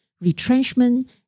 Retrenchment